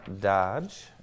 Dodge